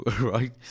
Right